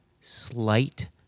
slight